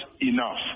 enough